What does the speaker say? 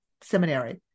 seminary